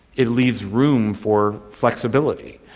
it leaves room for flexibility.